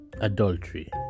adultery